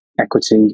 equity